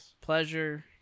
pleasure